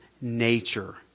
nature